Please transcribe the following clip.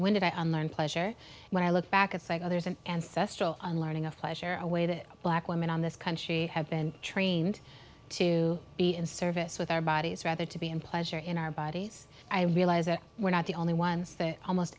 when did i learn pleasure when i look back it's like others an ancestral unlearning of pleasure a way that black women on this country have been trained to be in service with our bodies rather to be in pleasure in our bodies i realize that we're not the only ones that almost